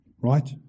right